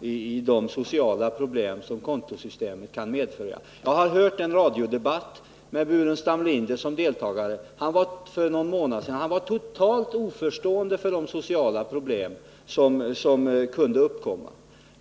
i de sociala problem som kontosystemet kan medföra. Jag lyssnade på en radiodebatt för en månad — Effekterna av sedan med Staffan Burenstam Linder som deltagare. Han var totalt kontokort oförstående för de sociala problem som kunde uppkomma.